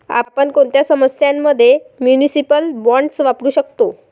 आपण कोणत्या समस्यां मध्ये म्युनिसिपल बॉण्ड्स वापरू शकतो?